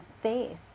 faith